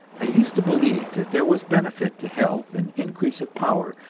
i used to believe that there was benefit to health and increase of power,